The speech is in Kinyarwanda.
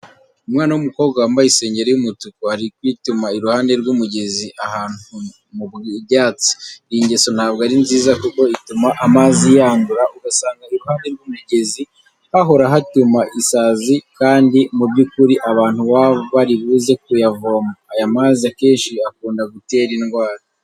Umwana w'umukobwa wambaye isengeri y'umutuku ari kwituma iruhande rw'umugezi ahantu mu byatsi. Iyi ngeso ntabwo ari nziza kuko ituma amazi yandura, ugasanga iruhande rw'umugezi hahora hatuma isazi kandi mu by'ukuri abantu baba bari buze kuyavoma. Aya mazi akenshi akunda gutera indwara.